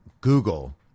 Google